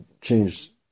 changed